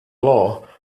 law